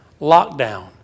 lockdown